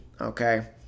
Okay